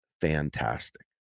fantastic